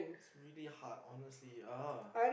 it's really hard honestly oh